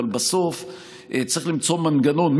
אבל בסוף צריך למצוא מנגנון.